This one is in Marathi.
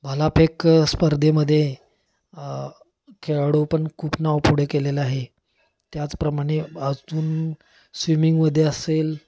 भालाफेक स्पर्धेमध्ये खेळाडू पण खूप नाव पुढ केलेलं आहे त्याचप्रमाणे अजून स्विमिंगमध्ये असेल